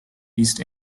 east